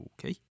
Okay